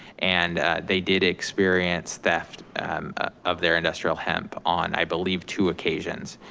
and they did experience theft of their industrial hemp on, i believe, two occasions.